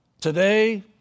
Today